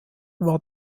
war